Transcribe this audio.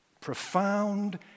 Profound